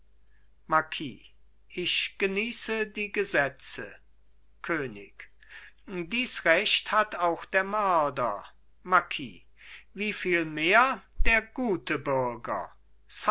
marquis ich genieße die gesetze könig dies recht hat auch der mörder marquis wieviel mehr der gute bürger